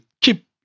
keep